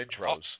intros